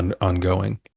ongoing